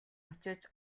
очиж